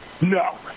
No